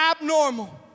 abnormal